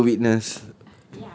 this will be a witness